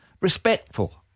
Respectful